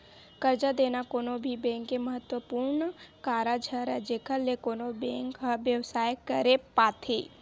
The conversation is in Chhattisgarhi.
करजा देना कोनो भी बेंक के महत्वपूर्न कारज हरय जेखर ले कोनो बेंक ह बेवसाय करे पाथे